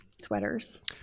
sweaters